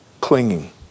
clinging